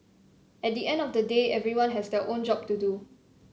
at the end of the day everyone has their own job to do